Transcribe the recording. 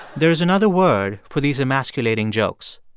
there is another word for these emasculating jokes.